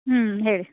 ಹ್ಞೂ ಹೇಳಿ